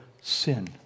sin